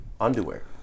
Underwear